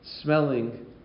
smelling